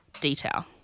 detail